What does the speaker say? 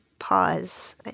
pause